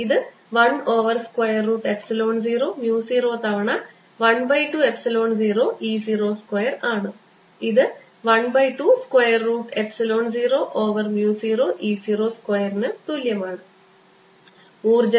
ഇത് 1 over square root epsilon 0 mu 0 തവണ 1 by 2 epsilon 0 E 0 square ആണ്